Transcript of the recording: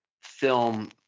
film